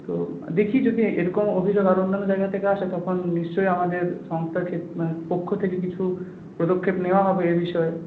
তো দেখি যদি এরকম অভিযোগ আরও অন্যান্য জায়গা থেকে আসে তখন নিশ্চয়ই আমাদের সংস্থার ক্ষেত মানে পক্ষ থেকে কিছু পদক্ষেপ নেওয়া হবে এ বিষয়ে